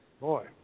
Boy